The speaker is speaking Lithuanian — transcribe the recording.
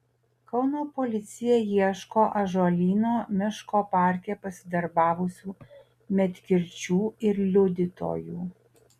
kauno policija ieško ąžuolyno miško parke pasidarbavusių medkirčių ir liudytojų